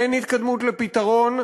אין התקדמות לפתרון,